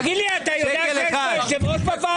תגיד לי, אתה יודע שיש פה יושב ראש בוועדה?